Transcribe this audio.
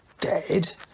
dead